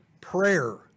prayer